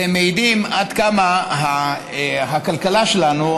ומעידים עד כמה הכלכלה שלנו,